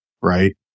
Right